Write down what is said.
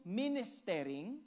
ministering